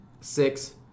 six